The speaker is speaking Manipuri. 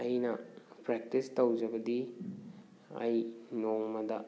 ꯑꯩꯅ ꯄ꯭ꯔꯦꯛꯇꯤꯁ ꯇꯧꯖꯕꯗꯤ ꯑꯩ ꯅꯣꯡꯃꯗ